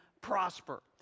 prosper